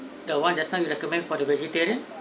the one just now you recommend for the vegetarian